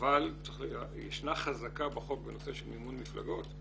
אבל ישנה חזקה בחוק בנושא של מימון מפלגות,